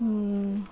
ಹ್ಞೂ